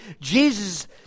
Jesus